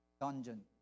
dungeon